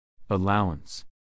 Allowance